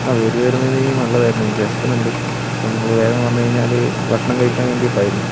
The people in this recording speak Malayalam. ആ വരുമായിരുന്നെങ്കിൽ നല്ലതായിരുന്നു എനിക്ക് വിശക്കുന്നുണ്ട് അപ്പോൾ നിങ്ങൾ വേഗം വന്നു കഴിഞ്ഞാൽ ഭക്ഷണം കഴിക്കാൻ വേണ്ടിയിട്ടായിരുന്നു